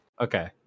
Okay